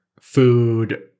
food